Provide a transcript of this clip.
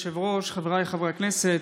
אדוני היושב-ראש, חבריי חברי הכנסת,